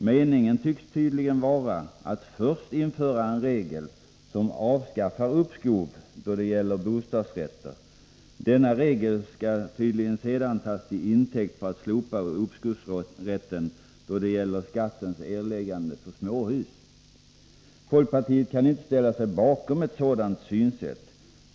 Meningen tycks vara att först införa en regel som avskaffar uppskov då det gäller bostadsrätter. Denna regel skall tydligen sedan tas till intäkt för att slopa uppskovsrätten då det gäller skattens erläggande för småhus. Folkpartiet kan inte ställa sig bakom ett sådant synsätt.